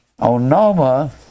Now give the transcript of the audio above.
Onoma